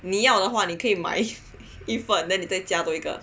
你要的话你可以买一份 then 你再加多一个